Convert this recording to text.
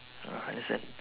ah understand